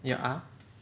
you ah